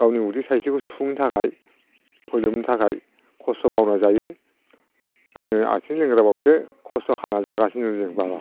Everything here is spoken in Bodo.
गावनि उदै थाइसेखौ सुफुंनो थाखाय फोलोमनो थाखाय खस्थ' मावनानै जायो आङो आथिं लेंग्राबावसो खस्थ' खालामनानै जागासिनो दं जों बाबा